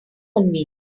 convenient